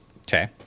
Okay